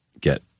get